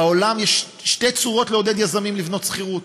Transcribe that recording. בעולם יש שתי צורות אחת לעודד יזמים לבנות לשכירות: